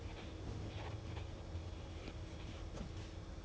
so our scheme is if it's lesser than the the basic hor